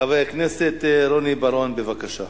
חבר הכנסת רוני בר-און, בבקשה.